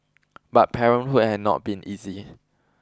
but parenthood had not been easy